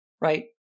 right